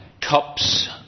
cups